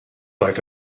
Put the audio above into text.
roedd